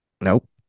Nope